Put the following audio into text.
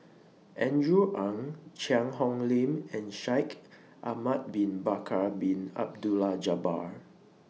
Andrew Ang Cheang Hong Lim and Shaikh Ahmad Bin Bakar Bin Abdullah Jabbar